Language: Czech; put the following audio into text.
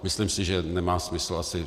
Myslím si, že nemá smysl asi...